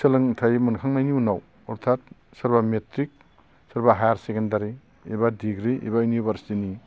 सोलोंथाय मोनखांनायनि उनाव अरथाद सोरबा मेट्रिक सोरबा हायार सेकेन्डारि एबा डिग्रि एबा इउनिभारसिटिनि